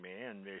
man